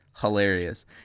hilarious